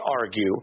argue